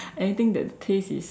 anything that taste is